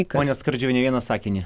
ponia skardžiuviene vieną sakinį